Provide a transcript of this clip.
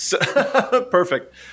Perfect